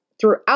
throughout